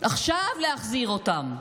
עכשיו להחזיר אותם,